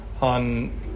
on